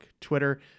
Twitter